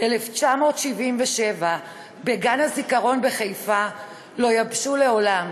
1977 בגן הזיכרון בחיפה לא יבשו לעולם,